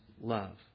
love